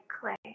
clay